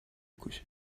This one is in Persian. بکشه